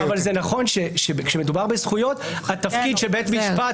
זה נכון שכאשר מדובר בזכויות התפקיד של בית משפט